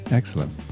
excellent